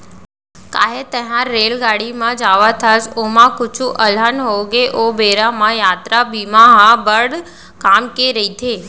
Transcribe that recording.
काहे तैंहर रेलगाड़ी म जावत हस, ओमा कुछु अलहन होगे ओ बेरा म यातरा बीमा ह बड़ काम के रइथे